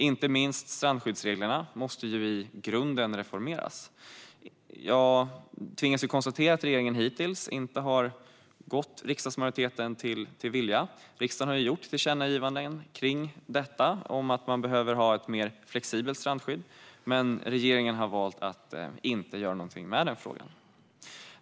Inte minst strandskyddsreglerna måste i grunden reformeras. Jag tvingas konstatera att regeringen hittills inte har gjort riksdagsmajoriteten till viljes. Riksdagen har ju gjort tillkännagivanden om att det behövs ett mer flexibelt strandskydd, men regeringen har valt att inte göra någonting åt den frågan.